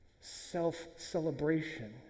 self-celebration